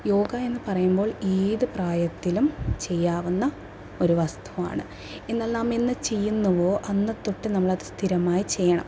യോഗ എന്ന് പറയുമ്പോൾ ഏത് പ്രായത്തിലും ചെയ്യാവുന്ന ഒരു വസ്തുവാണ് എന്നാൽ നാമെന്ന് ചെയ്യുന്നുവോ അന്നു തൊട്ട് നമ്മളത് സ്ഥിരമായി ചെയ്യണം